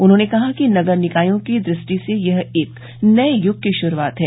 उन्होंने कहा कि नगर निकायों की दृष्टि से यह एक नये युग की शुरूआत है